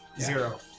Zero